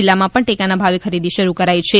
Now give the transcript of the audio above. જીલ્લામાં પણ ટેકાના ભાવે ખરીદી શરૂ કરાઇ છે